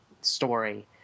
story